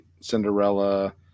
Cinderella